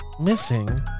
missing